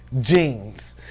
jeans